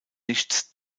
nichts